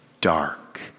dark